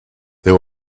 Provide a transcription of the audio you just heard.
there